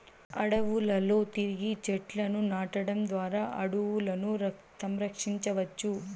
అడవులలో తిరిగి చెట్లను నాటడం ద్వారా అడవులను సంరక్షించవచ్చు